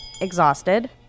Exhausted